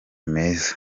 meza